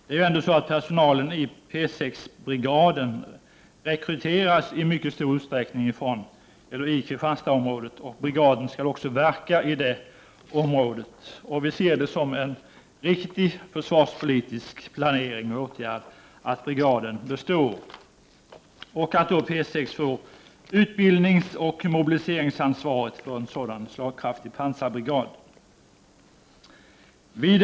Det är ju ändå så att personalen i P 6-brigaden i stor utsträckning rekryteras i Kristianstadsområdet, och brigaden skall också verka i det området. Vi ser det som en riktig försvarspolitisk åtgärd att brigaden består och att P 6 får utbildningsoch mobiliseringsansvaret för en sådan slagkraftig pansarbrigad.